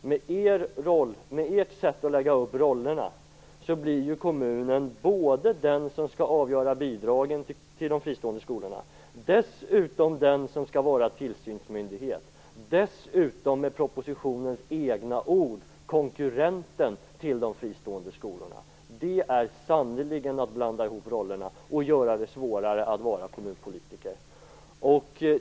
Med ert sätt att fördela rollerna blir kommunen den som skall avgöra bidragen till de fristående skolorna, den som skall vara tillsynsmyndighet och dessutom, med propositionens egna ord, konkurrenten till de fristående skolorna. Det är sannerligen att blanda ihop rollerna och göra det svårare att vara kommunpolitiker.